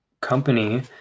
company